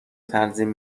تنظیم